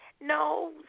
No